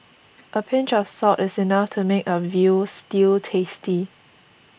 a pinch of salt is enough to make a Veal Stew tasty